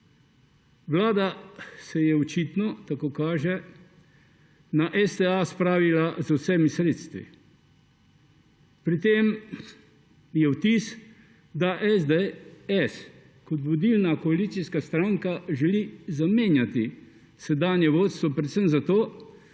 Vlada se je očitno, tako kaže, na STA spravila z vsemi sredstvi. Pri tem je vtis, da SDS kot vodilna koalicijska stranka želi zamenjati sedanje vodstvo predvsem zato,